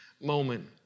moment